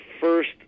first